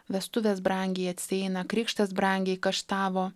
vestuvės brangiai atsieina krikštas brangiai kaštavo